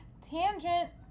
Tangent